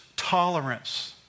Tolerance